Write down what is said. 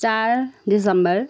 चार दिसम्बर